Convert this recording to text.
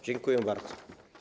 Dziękuję bardzo.